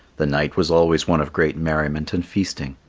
the night was always one of great merriment and feasting.